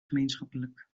gemeenschappelijk